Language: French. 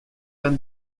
anne